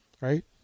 right